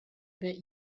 bet